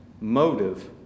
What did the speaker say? motive